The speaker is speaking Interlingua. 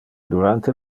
durante